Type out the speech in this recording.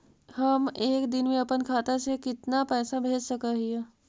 हम एक दिन में अपन खाता से कितना पैसा भेज सक हिय?